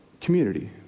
community